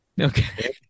Okay